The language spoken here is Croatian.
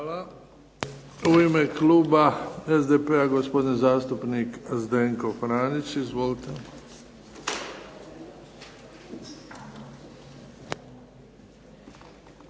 Hvala. U ime kluba SDP-a, gospodin zastupnik Zdenko Franić. Izvolite.